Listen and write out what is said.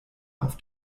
auf